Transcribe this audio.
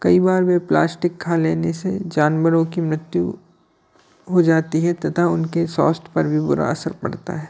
कई बार वे प्लास्टिक खा लेने से जानवरों की मृत्यु हो जाती है तथा उनके स्वास्थ्य पर भी बुरा असर पड़ता है